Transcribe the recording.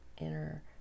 inner